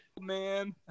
man